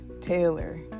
Taylor